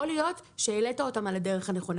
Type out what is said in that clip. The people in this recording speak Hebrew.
יכול להיות שהעלית אותם על הדרך הנכונה.